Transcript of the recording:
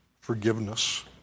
forgiveness